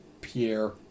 Pierre